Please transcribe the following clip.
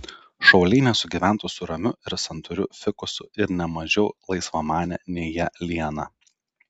šauliai nesugyventų su ramiu ir santūriu fikusu ir ne mažiau laisvamane nei jie liana